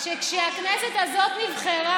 שכשהכנסת הזאת נבחרה,